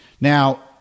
Now